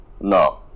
No